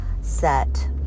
set